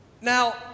Now